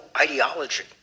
ideology